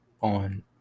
on